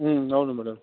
అవును మేడం